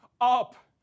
up